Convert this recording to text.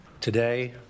today